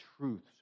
truths